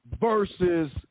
versus